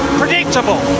predictable